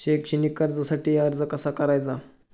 शैक्षणिक कर्जासाठी अर्ज कसा करायचा?